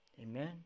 Amen